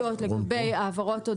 אם יש לך אפשרות לשלוח, כמובן שאתה תעדיף.